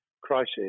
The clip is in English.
crisis